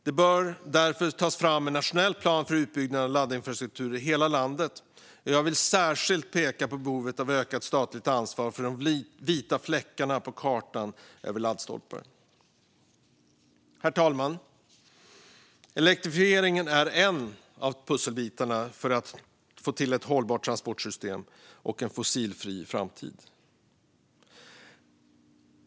Det bör därför tas fram en nationell plan för utbyggnaden av laddinfrastrukturen i hela landet. Jag vill särskilt peka på behovet av ökat statligt ansvar för de vita fläckarna på kartan över laddstolpar. Herr talman! Elektrifieringen är en av pusselbitarna för att få till ett hållbart transportsystem och en fossilfri framtid.